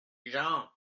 jean